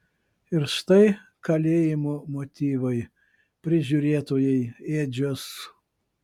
ir štai kalėjimo motyvai prižiūrėtojai ėdžios